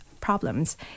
problems